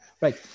Right